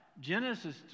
Genesis